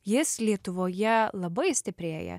jis lietuvoje labai stiprėja